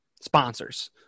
sponsors